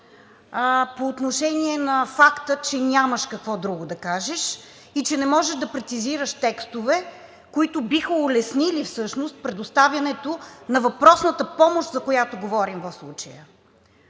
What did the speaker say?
по отношение на факта, че нямаш какво друго да кажеш и че не можеш да прецизираш текстове, които биха улеснили всъщност предоставянето на въпросната помощ, за която говорим в случая.